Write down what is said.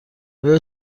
آیا